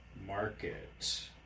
Market